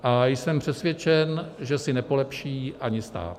A jsem přesvědčen, že si nepolepší ani stát.